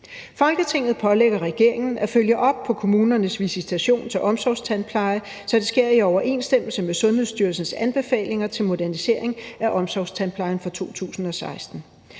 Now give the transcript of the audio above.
Folketinget pålægger regeringen at følge op på, at kommunernes visitation til omsorgstandplejen sker i overensstemmelse med Sundhedsstyrelsens anbefalinger til modernisering af omsorgstandplejen fra 2016.